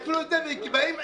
כי באים עיקולים.